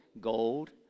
Gold